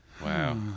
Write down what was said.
wow